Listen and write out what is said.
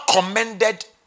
commended